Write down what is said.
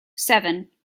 seven